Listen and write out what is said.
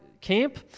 camp